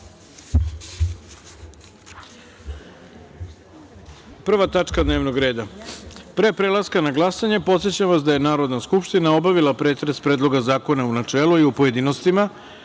tačka dnevnog reda. Pre prelaska na glasanje, podsećam vas da je Narodna skupština obavila pretres Predloga zakona u načelu i pojedinostima,